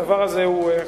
הדבר הזה חשוב,